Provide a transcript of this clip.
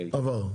עבר.